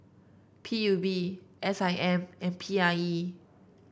P U B S I M and P I E